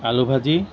আলু ভাজি